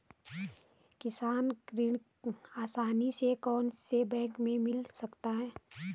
किसान ऋण आसानी से कौनसे बैंक से मिल सकता है?